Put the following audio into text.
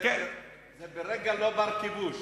זה ברגע לא בר-כיבוש.